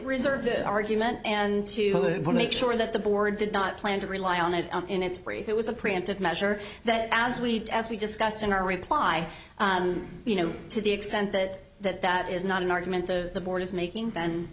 reserve the argument and to make sure that the board did not plan to rely on it in its brief it was a preemptive measure that as we as we discussed in our reply you know to the extent that that that is not an argument the board is making then